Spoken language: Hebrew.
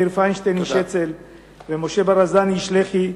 מאיר פיינשטיין איש אצ"ל ומשה ברזני איש לח"י,